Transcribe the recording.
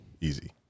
easy